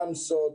רמסות,